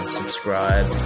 subscribe